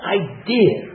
idea